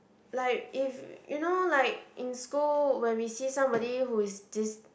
like if you know like in school when we see somebody who is dis~